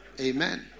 Amen